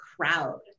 crowd